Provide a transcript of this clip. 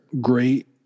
great